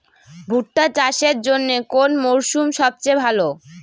ভুট্টা চাষের জন্যে কোন মরশুম সবচেয়ে ভালো?